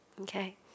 Okay